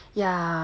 yeah